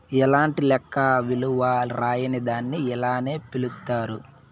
ఎలాంటి లెక్క విలువ రాయని దాన్ని ఇలానే పిలుత్తారు